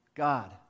God